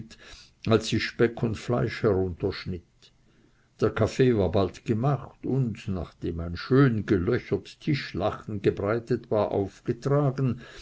als sie speck und fleisch herunterschnitt der kaffee war bald gemacht und nachdem ein schön gelöchert tischlachen gebreitet war aufgetragen